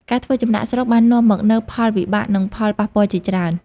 ការធ្វើចំណាកស្រុកបាននាំមកនូវផលវិបាកនិងផលប៉ះពាល់ជាច្រើន។